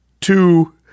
two